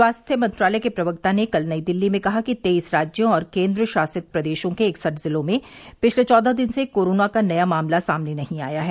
स्वास्थ्य मंत्रालय के प्रवक्ता ने कल नई दिल्ली में कहा कि तेईस राज्यों और केन्द्रशासित प्रदेशों के इकसठ जिलों में पिछले चौदह दिन से कोरोना का नया मामला सामने नहीं आया है